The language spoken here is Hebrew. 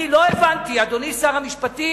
לא הבנתי, אדוני שר המשפטים,